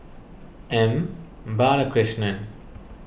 M Balakrishnan